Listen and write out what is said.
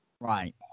Right